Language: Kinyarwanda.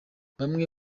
bamwe